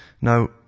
Now